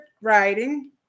writing